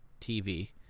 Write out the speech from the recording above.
TV